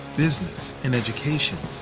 business, and education,